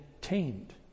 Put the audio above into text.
tamed